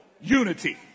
unity